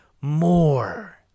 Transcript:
more